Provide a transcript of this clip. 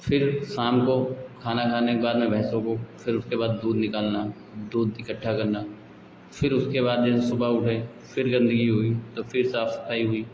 फिर शाम को खाना खाने के बाद में भैँसों को फिर उसके बाद दूध निकालना दूध इकठ्ठा करना फिर उसके बाद जैसे जब सुबह उठे फिर जब गन्दगी हुई तो फिर साफ़ सफ़ाई हुई